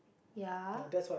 ya